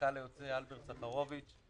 למנכ"ל היוצא אלברט סחרוביץ',